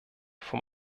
vom